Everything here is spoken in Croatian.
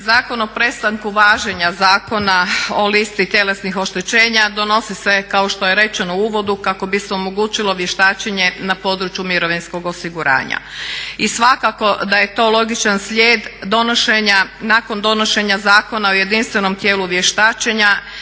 Zakon o prestanku važenja Zakona o listi tjelesnih oštećenja donosi se kao što je rečeno u uvodu kako bi se omogućilo vještačenje na području mirovinskog osiguranja. I svakako da je to logičan slijed nakon donošenja Zakona o jedinstvenom tijelu vještačenja,